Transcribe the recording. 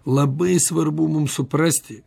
labai svarbu mum suprasti